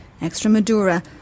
Extremadura